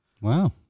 Wow